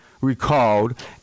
recalled